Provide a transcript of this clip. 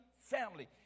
family